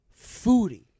foodie